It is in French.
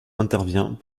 intervient